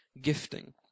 gifting